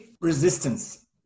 resistance